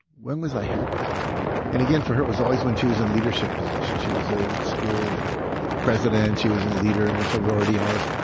when was i happy? and again for her, it was always when she was in leadership positions. she was the ah school president. she was a leader in her sorority and all this.